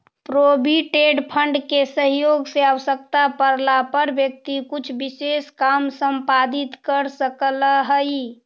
provident fund के सहयोग से आवश्यकता पड़ला पर व्यक्ति कुछ विशेष काम संपादित कर सकऽ हई